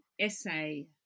essay